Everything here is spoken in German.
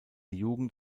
jugend